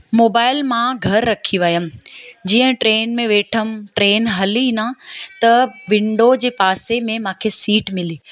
mobile मां घरु रखी वयमि जीअं ट्रेन में वेठमि ट्रेन हली ना त विंडो जे पासे में मूंखे सीट मिली